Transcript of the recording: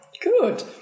Good